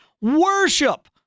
Worship